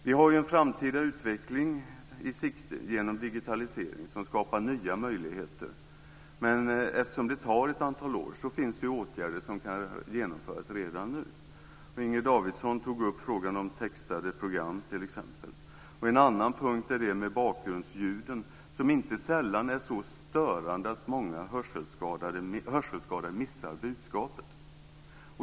Vi har en framtida utveckling i sikte genom digitalisering som skapar nya möjligheter, men eftersom det tar ett antal år finns det åtgärder som kan genomföras redan nu. Inger Davidson tog upp frågan om textade program t.ex. En annan punkt gäller bakgrundsljuden, som inte sällan är så störande att många hörselskadade missar budskapet.